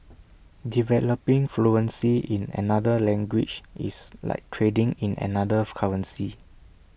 developing fluency in another language is like trading in another of currency